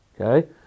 Okay